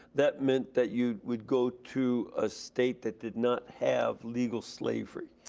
that meant that you would go to a state that did not have legal slavery,